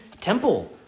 temple